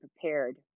prepared